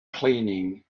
cleaning